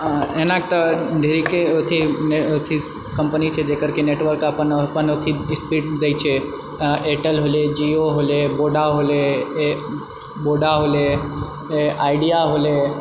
एना तऽढ़ेरिके अथि अथि कम्पनी छै जकरकि नेटवर्क अपन अथि स्पीड देछै एयरटेल होले जिओ होले वोडा होले वोडा होले आइडिया होले